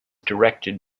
directed